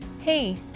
Hey